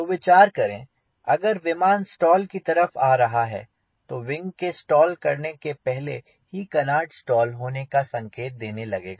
तो विचार करें अगर विमान स्टॉल की तरफ आ रहा है तो विंग के स्टाल करने से पहले ही कनार्ड स्टाल होने का संकेत देने लगेगा